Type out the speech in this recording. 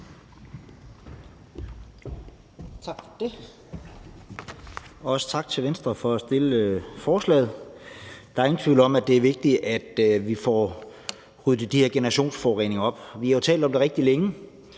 Tak for det, og også tak til Venstre for at fremsætte forslaget. Der er ingen tvivl om, at det er vigtigt, at vi får ryddet de her generationsforureninger op. Vi har jo talt om det rigtig længe,